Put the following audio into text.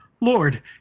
Lord